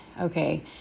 okay